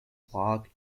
block